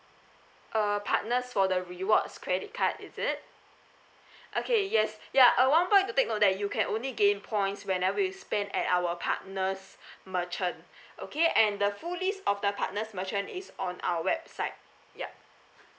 uh partners for the rewards credit card is it okay yes ya uh one point you need to take note that you can only gain points whenever you spend at our partners merchant okay and the full list of the partners merchant is on our website yup